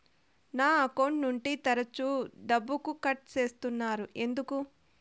నా అకౌంట్ నుండి తరచు డబ్బుకు కట్ సేస్తున్నారు ఎందుకు